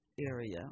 area